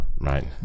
Right